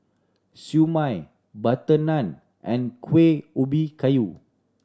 Siew Mai butter naan and Kuih Ubi Kayu